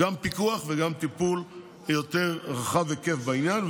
גם פיקוח וגם טיפול יותר רחב היקף בעניין.